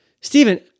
Stephen